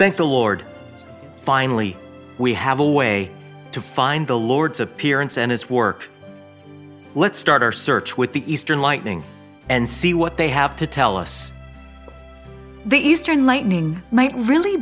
thank the lord finally we have a way to find the lord's appearance and his work let's start our search with the eastern lightning and see what they have to tell us the eastern lightning might really